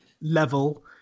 level